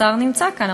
השר נמצא כאן,